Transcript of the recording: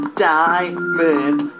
diamond